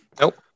nope